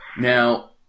Now